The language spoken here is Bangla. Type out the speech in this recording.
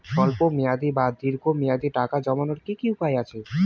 স্বল্প মেয়াদি বা দীর্ঘ মেয়াদি টাকা জমানোর কি কি উপায় আছে?